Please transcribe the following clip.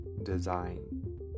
design